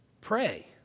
Pray